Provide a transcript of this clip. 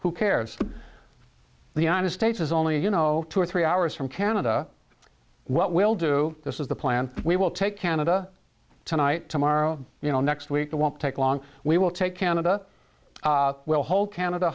who cares the united states is only you know two or three hours from canada what we'll do this is the plan we will take canada tonight tomorrow you know next week the won't take long we will take canada will hold canada